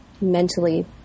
mentally